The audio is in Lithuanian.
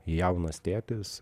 jaunas tėtis